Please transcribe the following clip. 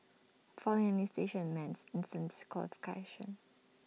failing any station meant instant